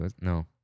No